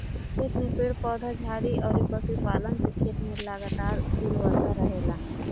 खेत में पेड़ पौधा, झाड़ी अउरी पशुपालन से खेत में लगातार उर्वरता रहेला